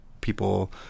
people